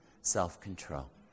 self-control